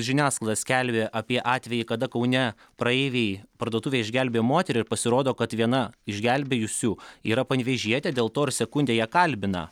žiniasklaida skelbė apie atvejį kada kaune praeiviai parduotuvėje išgelbėjo moterį pasirodo kad viena iš gelbėjusių yra panevėžietė dėl to ir sekundė ją kalbina